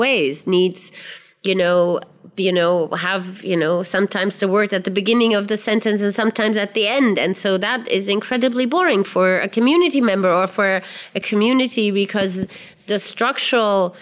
ways needs you know you know have you know sometimes the word at the beginning of the sentence and sometimes at the end and so that is incredibly boring for a community member or for a community because the structural